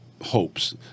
hopes